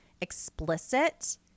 explicit